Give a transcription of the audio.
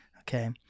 Okay